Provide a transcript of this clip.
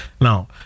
Now